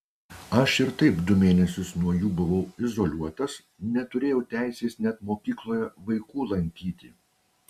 aš ir taip du mėnesius nuo jų buvau izoliuotas neturėjau teisės net mokykloje vaikų lankyti